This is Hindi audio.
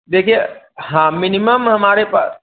देखिए हाँ मिनिमम हमारे प